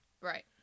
Right